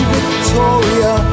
Victoria